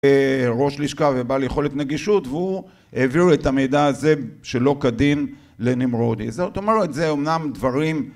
ראש לשכה ובעל יכולת נגישות והוא העביר את המידע הזה שלא קדים לנמרודי זאת אומרת זה אמנם דברים